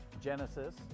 Genesis